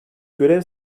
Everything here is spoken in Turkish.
görev